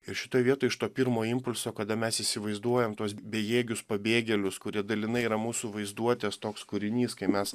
ir šitoj vietoj iš to pirmo impulso kada mes įsivaizduojam tuos bejėgius pabėgėlius kurie dalinai yra mūsų vaizduotės toks kūrinys kai mes